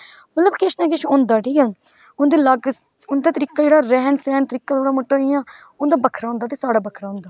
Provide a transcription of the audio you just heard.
मतलब किश ना किश होंदा ठीक ऐ उन्दे अलग उन्दा तरीका जेहड़ा रैहन सैहन तरीका जेहड़ा मतलब इयां होंदा बक्खरा बक्खरा होंदा ते साढ़ा बक्खरा होंदा